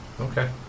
Okay